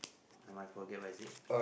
I might forget what is it